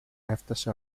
έφθασε